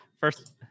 First